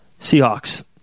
Seahawks